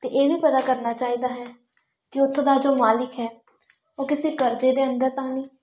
ਅਤੇ ਇਹ ਵੀ ਪਤਾ ਕਰਨਾ ਚਾਹੀਦਾ ਹੈ ਕਿ ਉੱਥੋਂ ਦਾ ਜੋ ਮਾਲਿਕ ਹੈ ਉਹ ਕਿਸੇ ਕਰਜ਼ੇ ਦੇ ਅੰਦਰ ਤਾਂ ਨਹੀਂ